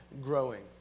growing